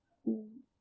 mm